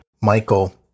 Michael